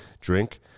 drink